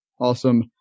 awesome